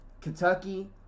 Kentucky